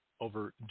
over